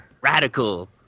radical